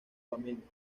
familia